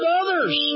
others